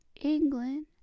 England